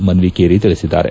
ಮನ್ವಿಕೇರಿ ತಿಳಿಸಿದ್ದಾರೆ